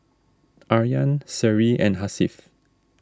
Aryan Seri and Hasif